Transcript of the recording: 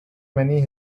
many